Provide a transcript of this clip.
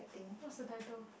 what's the title